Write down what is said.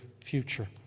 future